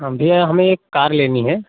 ह भैया हमें एक कार लेनी है